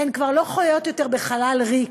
הן כבר לא חיות יותר בחלל ריק,